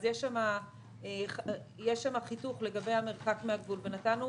יש שם חיתוך לגבי המרחק מן הגבול ונתנו